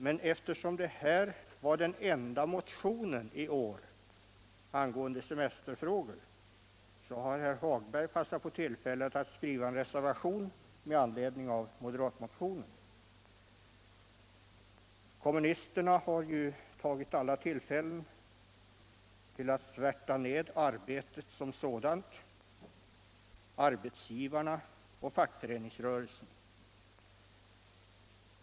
Men eftersom detta var den enda motionen i år angående semesterfrågor har herr Hagberg i Borlänge passat på tillfället att skriva en reservation med anledning av moderatmotionen. Kommunisterna har ju utnyttjat alla tillfällen att svärta ned arbetet som sådant, arbetsgivarna och fackföreningsrörelsen.